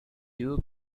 you’ve